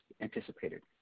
anticipated